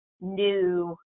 new